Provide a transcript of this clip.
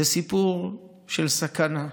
זה סיפור של סכנה.